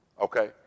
Okay